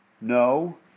No